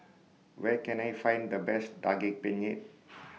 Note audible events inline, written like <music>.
Where Can I Find The Best Daging Penyet <noise>